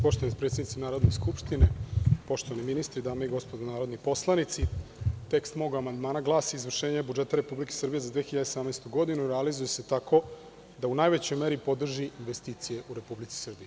Poštovana predsednice Narodne skupštine, poštovani ministri, dame i gospodo narodni poslanici, tekst mog amandmana glasi: „Izvršenje budžeta Republike Srbije za 2017. godinu realizuje se tako da u najvećoj meri podrži investicije u Republici Srbiji“